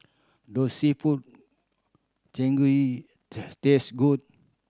does seafood taste good